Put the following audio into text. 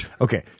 Okay